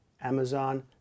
Amazon